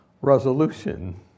resolution